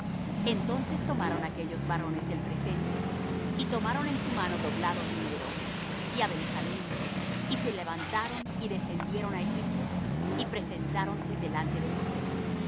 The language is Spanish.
entonces tomaron aquellos varones el presente y tomaron en su mano doblado dinero y á benjamín y se levantaron y descendieron á egipto y presentáronse delante de josé